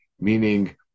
meaning